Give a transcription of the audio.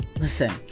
Listen